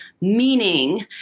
meaning